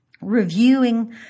Reviewing